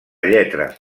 lletra